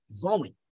growing